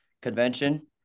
convention